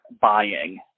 buying